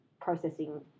processing